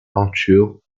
peintures